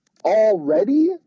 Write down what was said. already